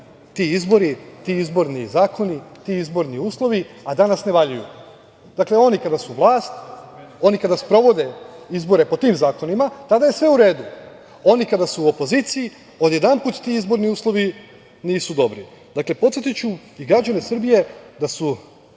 ti izbori, ti izborni zakoni, ti izborni uslovi, a danas ne valjaju? Dakle, oni kada su vlast, oni kada sprovode izbore po tim zakonima, tada je sve u redu. Oni kada su u opoziciji, odjedanput ti izborni uslovi nisu dobri. Dakle, podsetiću i građane Srbije da su